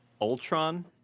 Ultron